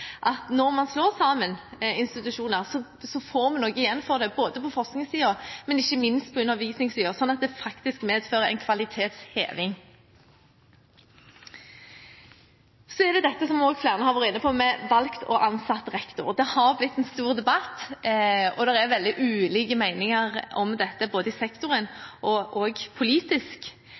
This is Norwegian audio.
at når man slår sammen institusjoner, får man noe igjen for det, både på forskningssiden og, ikke minst, på undervisningssiden – at det medfører en kvalitetsheving. Så er det dette, som flere har vært inne på, med valgt eller ansatt rektor. Det har blitt en stor debatt. Det er veldig ulike meninger om dette, både i